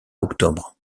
octobre